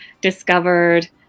discovered